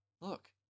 Look